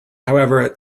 however